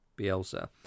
Bielsa